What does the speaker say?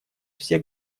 все